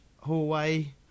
hallway